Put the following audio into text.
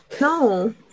No